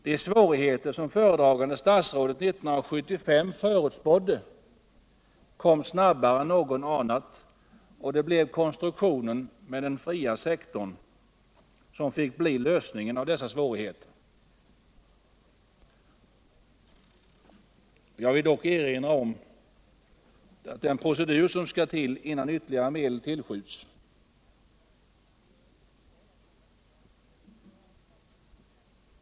De svårigheter som föredragande statsrådet 1975 förutspådde kom snabbare än någon anat, och det blev konstruktionen med den fria sektorn som fick bli lösningen av dessa svårigheter. Jag vill dock erinra om den procedur som skall till innan ytterligare medel tillskjuts.